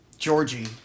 Georgie